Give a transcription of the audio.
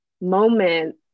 moment